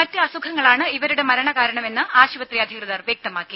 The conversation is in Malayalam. മറ്റ് അസുഖങ്ങളാണ് ഇവരുടെ മരണകാരണമെന്ന് ആശുപത്രി അധികൃതർ വ്യക്തമാക്കി